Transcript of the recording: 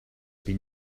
been